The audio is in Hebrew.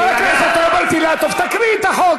חבר הכנסת רוברט אילטוב, תקריא את החוק.